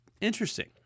Interesting